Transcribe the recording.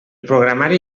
programari